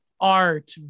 art